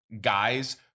guys